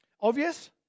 Obvious